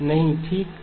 नहीं ठीक है